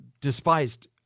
despised